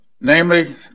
Namely